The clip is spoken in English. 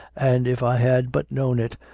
and, if i had but known it,